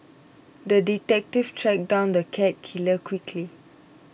the detective tracked down the cat killer quickly